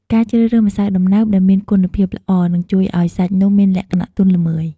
ការជ្រើសរើសម្សៅដំណើបដែលមានគុណភាពល្អ នឹងជួយឲ្យសាច់នំមានលក្ខណៈទន់ល្មើយ ។